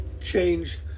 changed